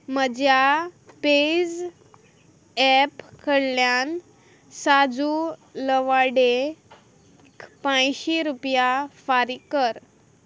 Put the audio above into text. म्हज्या पेझ एप कडल्यान साजू लवाडे क पांयशीं रुपया फारीक कर